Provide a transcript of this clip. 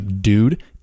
dude